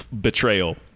betrayal